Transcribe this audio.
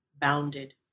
bounded